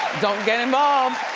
don't get involved.